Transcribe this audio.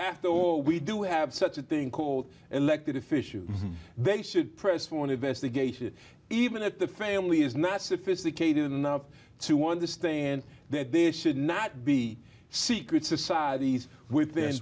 after all we do have such a thing called elected officials they should press for an investigation even at the family is not sophisticated enough to understand that there should not be secret societies with